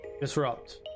Disrupt